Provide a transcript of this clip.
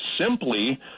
simply